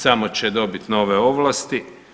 Samo će dobiti nove ovlasti.